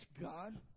God